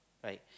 like